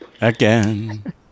Again